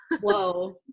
Whoa